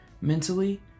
mentally